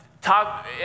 talk